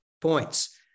points